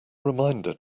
reminder